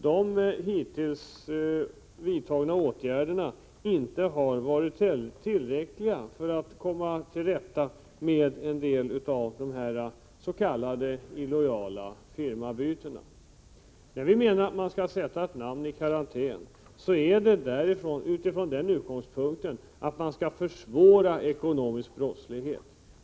De hittills vidtagna åtgärderna har alltså inte varit tillräckliga för att komma till rätta med dessa s.k. illojala firmanamnsbyten. När vi vill att ett namn skall kunna sättas i karantän är utgångspunkten att försvåra ekonomisk brottslighet.